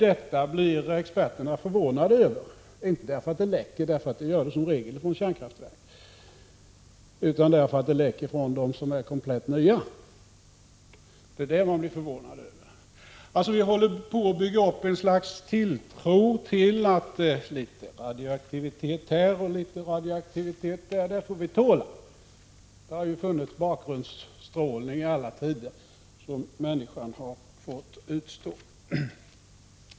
Detta blir experterna förvånade över — inte därför att det läcker, vilket det som regel gör från kärnkraftverk, utan därför att det läcker från dem som är komplett nya. Vi håller på att bygga upp ett slags tilltro till att litet radioaktivitet här och litet radioaktivitet där får vi tåla. Det har ju funnits bakgrundsstrålning i alla tider, som människan har fått utstå.